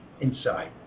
inside